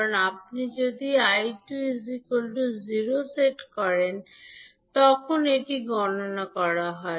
কারণ আপনি যখন 𝐈2 0 সেট করেন তখন এটি গণনা করা হয়